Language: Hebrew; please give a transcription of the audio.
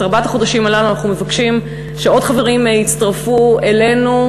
בארבעת החודשים הללו אנחנו מבקשים שעוד חברים יצטרפו אלינו,